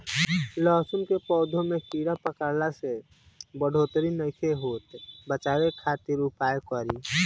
लहसुन के पौधा में कीड़ा पकड़ला से बढ़ोतरी नईखे होत बचाव खातिर का उपाय करी?